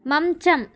మంచం